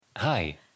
Hi